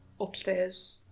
upstairs